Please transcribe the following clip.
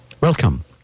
Welcome